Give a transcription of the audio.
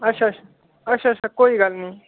अच्छा अच्छा अच्छा अच्छा कोई गल्ल नेईं